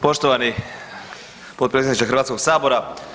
Poštovani potpredsjedniče Hrvatskoga sabora.